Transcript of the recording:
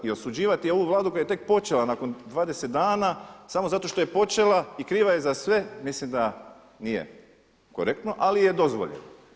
I osuđivati ovu Vladu koja je tek počela nakon dvadeset dana samo zato što je počela i kriva je za sve, mislim da nije korektno, ali je dozvoljeno.